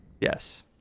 yes